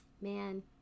Man